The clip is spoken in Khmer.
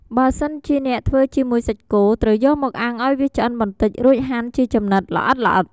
បើសិនជាអ្នកធ្វើជាមួយសាច់គោ ត្រូវយកមកអាំងឱ្យវាឆ្អិនបន្ដិច រួចហាន់ជាចំណិតល្អិតៗ។